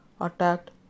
attacked